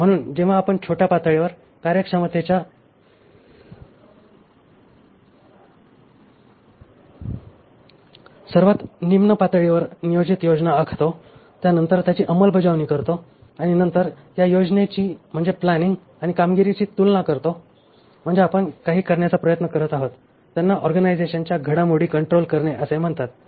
म्हणून जेव्हा आपण छोट्या पातळीवर कार्यक्षमतेच्या सर्वात निम्न पातळीवर नियोजित योजना आखतो त्यानंतर त्याची अंमलबजावणी करतो आणि नंतर या योजनेची म्हणजे प्लॅनिंग आणि कामगिरीची तुलना करतो म्हणजे आपण काही करण्याचा प्रयत्न करीत आहोत त्यांना ऑर्गनायझेशनच्या घडामोडी कंट्रोल करणे असे म्हणतात